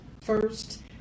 first